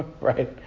right